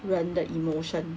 when the emotion